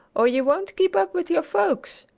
or you won't keep up with your folks,